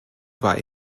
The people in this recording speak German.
war